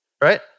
right